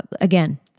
Again